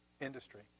industry